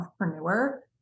entrepreneur